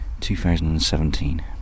2017